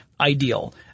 ideal